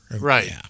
Right